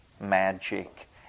magic